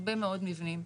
הרבה מאוד מבנים.